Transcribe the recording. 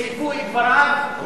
סילפו את דבריו.